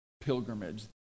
pilgrimage